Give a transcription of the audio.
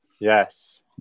Yes